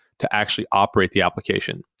to actually operate the application.